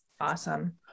Awesome